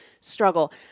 struggle